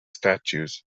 statues